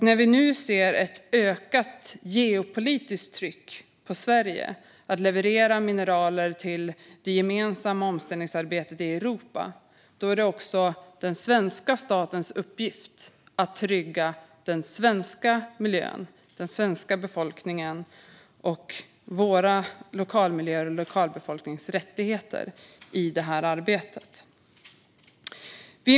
När vi nu ser ett ökat geopolitiskt tryck på Sverige att leverera mineral till det gemensamma omställningsarbetet i Europa är det också den svenska statens uppgift att trygga den svenska miljön, den svenska befolkningen, Sveriges lokalmiljöer och lokalbefolkningens rättigheter i detta arbete.